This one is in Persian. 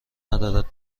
ندارد